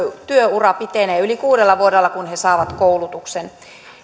työura pitenee yli kuudella vuodella kun he saavat koulutuksen